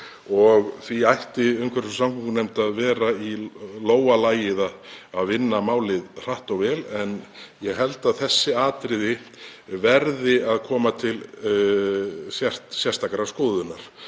og því ætti umhverfis- og samgöngunefnd að vera í lófa lagið að vinna málið hratt og vel. En ég held að þessi atriði verði að koma til sérstakrar skoðunar.